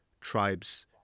tribe's